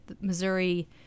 Missouri